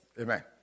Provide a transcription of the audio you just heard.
Amen